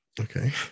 Okay